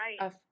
right